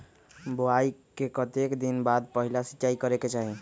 बोआई के कतेक दिन बाद पहिला सिंचाई करे के चाही?